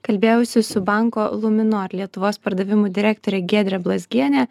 kalbėjausi su banko luminor lietuvos pardavimų direktore giedre blazgiene